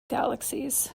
galaxies